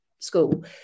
school